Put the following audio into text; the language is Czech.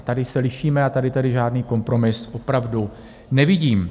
Tady se lišíme a tady tedy žádný kompromis opravdu nevidím.